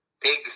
big